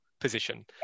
position